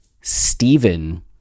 Stephen